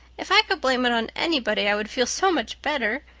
if i could blame it on anybody i would feel so much better.